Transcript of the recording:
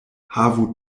havu